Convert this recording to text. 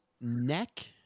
neck